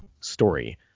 story